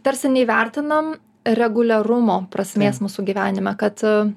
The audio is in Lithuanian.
tarsi neįvertinam reguliarumo prasmės mūsų gyvenime kad